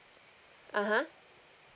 (uh huh)